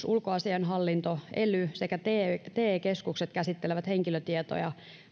ulkoasiainhallinto sekä ely ja te keskukset käsittelevät henkilötietoja